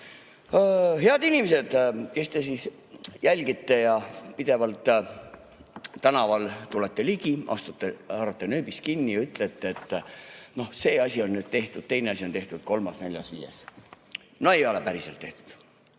Head inimesed, kes te jälgite ja pidevalt tänaval ligi astute, haarate nööbist kinni ja ütlete, et see asi on tehtud, teine asi on tehtud, kolmas, neljas, viies. No ei ole päriselt tehtud.